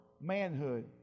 manhood